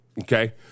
Okay